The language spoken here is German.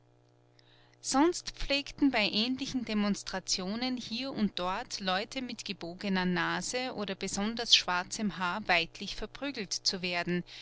sonst pflegten bei ähnlichen demonstrationen hier und dort leute mit gebogener nase oder besonders schwarzem haar weidlich verprügelt zu werden